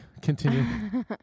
continue